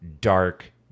dark